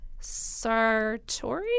Sartori